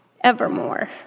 evermore